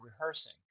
rehearsing